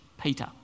Peter